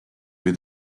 või